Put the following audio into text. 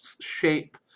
shape